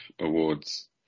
Awards